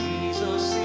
Jesus